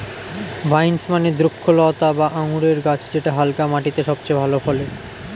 vines মানে দ্রক্ষলতা বা আঙুরের গাছ যেটা হালকা মাটিতে সবচেয়ে ভালো ফলে